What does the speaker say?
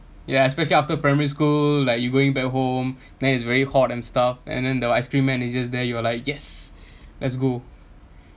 ya especially after primary school like you going back home then it's very hot and stuff and then the ice cream man is just there you are like yes let's go